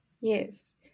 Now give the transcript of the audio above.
yes